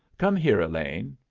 come here, elaine.